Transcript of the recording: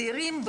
צעירים,